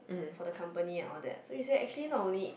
for the company and all that so she say actually not only